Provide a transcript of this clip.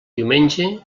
diumenge